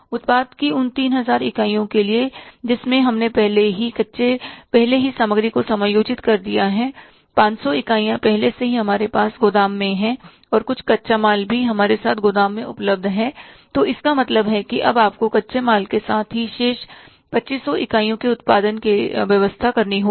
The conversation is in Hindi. उत्पाद की उन तीन हज़ार इकाइयों के लिए जिसमें हमने पहले ही सामग्री को समायोजित कर दिया है 500 इकाइयाँ पहले से ही हमारे साथ गोदाम में हैं और कुछ कच्चा माल भी हमारे साथ गोदाम में उपलब्ध है तो इसका मतलब है कि अब आपको कच्चे माल के साथ ही शेष 2500 इकाइयों के उत्पादन के लिए व्यवस्था करनी होगी